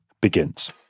begins